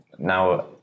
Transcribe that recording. Now